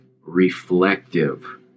reflective